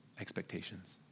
expectations